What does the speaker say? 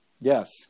Yes